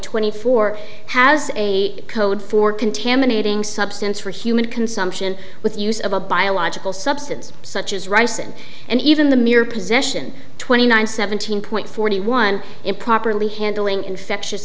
twenty four has a code for contaminating substance for human consumption with use of a biological substance such as rice and and even the mere possession twenty nine seventeen point forty one improperly handling infectious